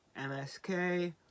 MSK